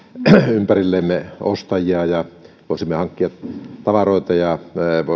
ympärillemme ostajia ja tarvitsemme tavaroita ja